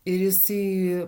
ir jisai